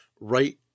right